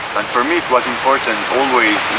for me it was important always